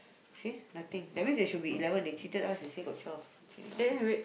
see nothing that means it should be eleven they cheated us they say got twelve